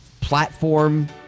platform